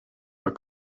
are